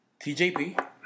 TJP